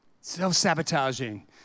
Self-sabotaging